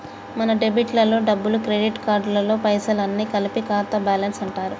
మన డెబిట్ లలో డబ్బులు క్రెడిట్ కార్డులలో పైసలు అన్ని కలిపి ఖాతా బ్యాలెన్స్ అంటారు